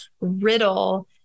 riddle